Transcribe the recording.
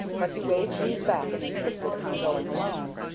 but he waved these back and insisted upon going alone.